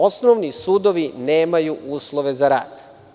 Osnovni sudovi nemaju uslove za rad.